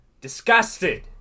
Disgusted